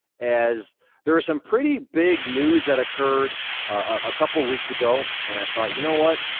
as there's some pretty big news that occurred a couple weeks ago. and i thought, you know what?